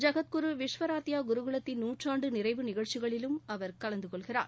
ஜகத்குரு விஸ்வராத்யா குருகுலத்தின் நூற்றாண்டு நிறைவு நிகழ்ச்சிகளிலும் கலந்து கொள்கிறார்